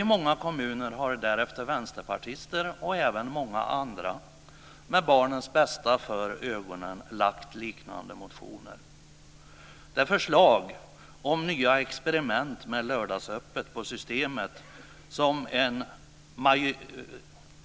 I många kommuner har därefter vänsterpartister, och många andra, med barnens bästa för ögonen väckt liknande motioner. Det förslag om nya experiment med lördagsöppet på Systemet - som